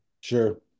Sure